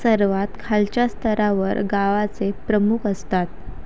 सर्वात खालच्या स्तरावर गावाचे प्रमुख असतात